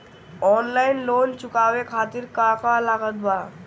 Online loan चुकावे खातिर का का लागत बा?